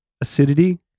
acidity